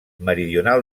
meridional